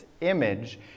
image